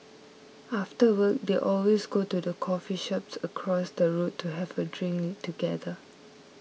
after work they always go to the coffee shop across the road to have a drink together